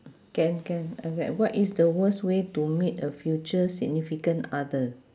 can can okay what is the worst way to meet a future significant other